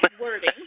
wording